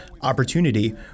opportunity